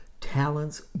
talents